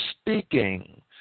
speaking